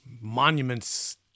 monuments